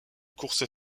courses